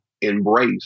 embrace